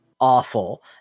awful